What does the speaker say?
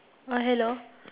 uh hello